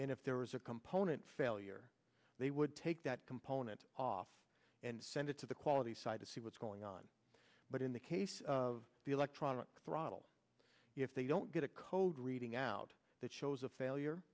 and if there was a component failure they would take that component off and send it to the quality side to see what's going on but in the case of the electronic throttle if they don't get a cold reading out that shows a failure